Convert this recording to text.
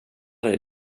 dig